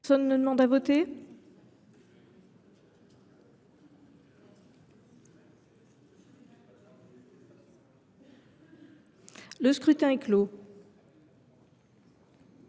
Personne ne demande plus à voter ?… Le scrutin est clos.